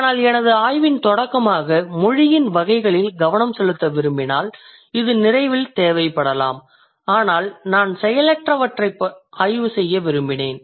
ஆனால் எனது ஆய்வின் தொடக்கமாக மொழியின் வகைகளில் கவனம் செலுத்த விரும்பினால் இது நிறைவில் தேவைப்படலாம் ஆனால் நான் செயலற்றவற்றைப் ஆய்வுசெய்ய விரும்பினேன்